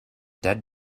dead